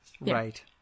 Right